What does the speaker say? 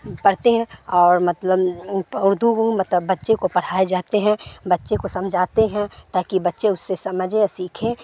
پڑھتے ہیں اور مطلب اردو مطلب بچے کو پڑھائے جاتے ہیں بچے کو سمجھاتے ہیں تاکہ بچے اس سے سمجھے سیکھیں